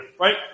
right